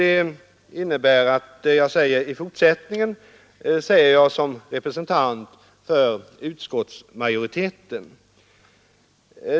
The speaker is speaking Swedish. Det innebär att vad jag säger i fortsättningen säger jag som representant för utskottsmajoriteten.